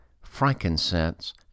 frankincense